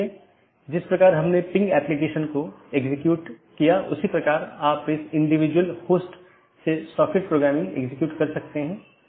धीरे धीरे हम अन्य परतों को देखेंगे जैसे कि हम ऊपर से नीचे का दृष्टिकोण का अनुसरण कर रहे हैं